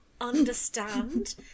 understand